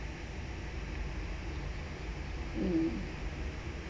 mm